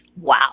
Wow